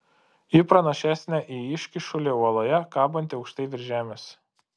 ji panašesnė į iškyšulį uoloje kabantį aukštai virš žemės